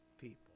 people